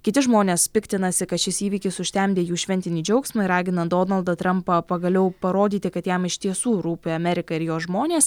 kiti žmonės piktinasi kad šis įvykis užtemdė jų šventinį džiaugsmą ir ragina donaldą trampą pagaliau parodyti kad jam iš tiesų rūpi amerika ir jos žmonės